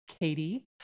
Katie